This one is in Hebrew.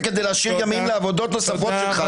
זה כדי להשאיר ימים לעבודות נוספות של חברי כנסת.